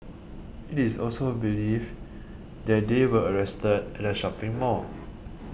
it is also believed that they were arrested at a shopping mall